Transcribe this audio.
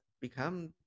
become